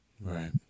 Right